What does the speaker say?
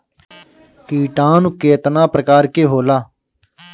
किटानु केतना प्रकार के होला?